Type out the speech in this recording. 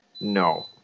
No